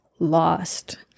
lost